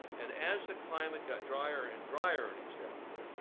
and as the climate got drier and drier in east africa,